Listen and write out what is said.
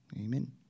Amen